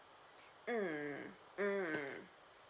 mm mm